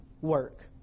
work